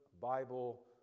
Bible